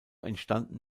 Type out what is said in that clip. entstanden